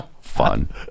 fun